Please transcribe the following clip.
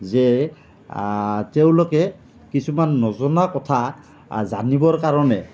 যে তেওঁলোকে কিছুমান নজনা কথা জানিবৰ কাৰণে